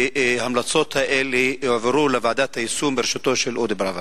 וההמלצות האלה הועברו לוועדת היישום בראשותו של אודי פראוור.